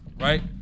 Right